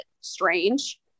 strange